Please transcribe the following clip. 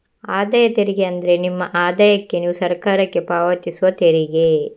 ಆದಾಯ ತೆರಿಗೆ ಅಂದ್ರೆ ನಿಮ್ಮ ಆದಾಯಕ್ಕೆ ನೀವು ಸರಕಾರಕ್ಕೆ ಪಾವತಿಸುವ ತೆರಿಗೆ